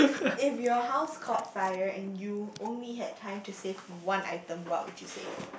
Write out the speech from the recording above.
if your house caught fire and you only had time to save one item what would you save